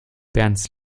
bernds